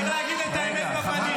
צריך להגיד את האמת בפנים.